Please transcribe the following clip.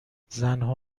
زنها